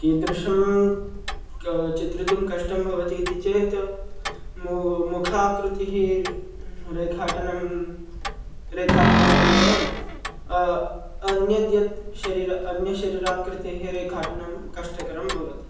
कीदृशं चित्रितुं कष्टं भवति इति चेत् मु मुखाकृतिः रेखाटनं रेखाटनानन्तरं अन्यद्यत् शरीरम् अन्यशरीराकृतेः रेखाटनं कष्टकरं भवति